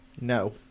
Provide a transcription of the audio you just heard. No